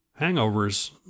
Hangovers